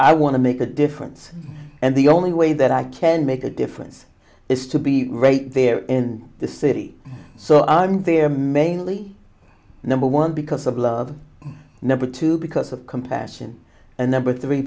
i want to make a difference and the only way that i can make a difference is to be right there in the city so i'm there i'm a really number one because of love number two because of compassion and number three